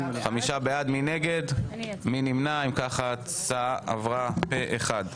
הצבעה התקבלה 5 בעד, ההצעה עברה פה אחד.